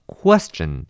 question